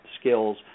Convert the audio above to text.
skills